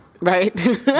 right